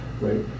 right